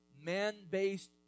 man-based